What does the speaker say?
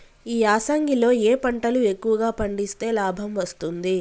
ఈ యాసంగి లో ఏ పంటలు ఎక్కువగా పండిస్తే లాభం వస్తుంది?